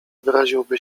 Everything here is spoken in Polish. wyraziłby